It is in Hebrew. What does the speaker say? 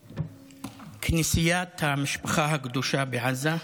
בכנסיית המשפחה הקדושה בעזה.